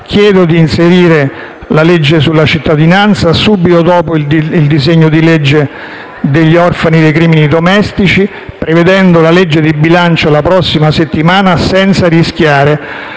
Chiedo di inserire la legge sulla cittadinanza subito dopo il disegno di legge sugli orfani dei crimini domestici, prevedendo la legge di bilancio la prossima settimana, senza rischiare